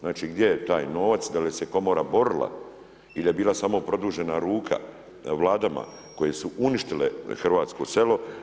Znači gdje je taj novac, da li se komora borila ili je bila samo produžena ruka vladama koje su uništile hrvatsko selo?